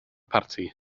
parti